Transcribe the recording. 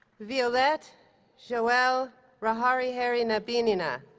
violette joelle rahariherinambinina,